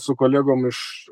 su kolegom iš